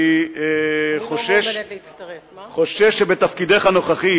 אני חושש שבתפקידך הנוכחי